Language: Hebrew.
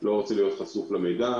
לא רוצה להיות חשוף למידע,